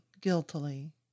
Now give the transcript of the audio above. guiltily